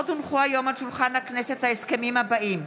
עוד הונחו היום על שולחן הכנסת ההסכמים הבאים: